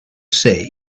say